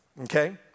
Okay